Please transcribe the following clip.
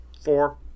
four